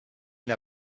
n’a